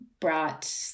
brought